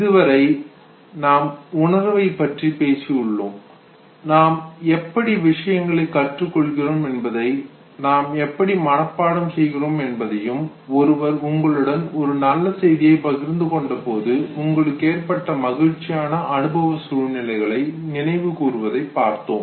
இதுவரை நாம் உணர்வைப் பற்றி பேசியுள்ளோம் நாம் எப்படி விஷயங்களை கற்றுக் கொள்கிறோம் என்பதையும் நாம் எப்படி மனப்பாடம் செய்கிறோம் என்பதையும் ஒருவர் உங்களுடன் ஒரு நல்ல செய்தியை பகிர்ந்து கொண்டபோது உங்களுக்கு ஏற்பட்ட மகிழ்ச்சியான அனுபவ சூழ்நிலைகளை நினைவுகூர்வதை பார்த்தோம்